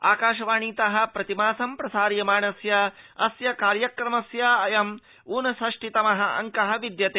आकाशवाणीतः प्रतिमासं प्रसार्यमाणस्य अस्य कार्यक्रमस्य अयम् ऊनषष्टितमः अड़कः विद्यते